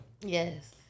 Yes